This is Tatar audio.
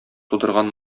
тудырган